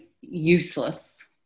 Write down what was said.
useless